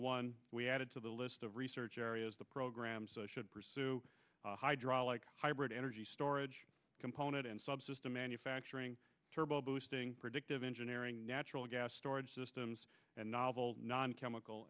one we added to the list of research areas the programs should pursue hydraulic hybrid energy storage component and subsystem manufacturing turbo boosting predictive engineering natural gas storage systems and novel non chemical